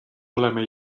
oleme